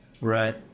Right